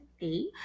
eight